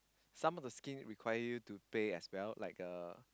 some of the scheme require you to pay as well like uh